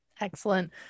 Excellent